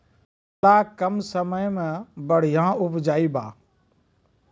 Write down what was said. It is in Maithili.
करेला कम समय मे बढ़िया उपजाई बा?